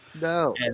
No